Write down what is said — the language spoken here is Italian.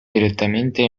direttamente